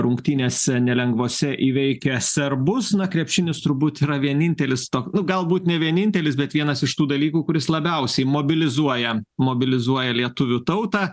rungtynėse nelengvose įveikę serbus na krepšinis turbūt yra vienintelis nu galbūt ne vienintelis bet vienas iš tų dalykų kuris labiausiai mobilizuoja mobilizuoja lietuvių tautą